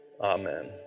Amen